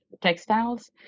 textiles